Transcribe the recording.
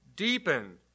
Deepen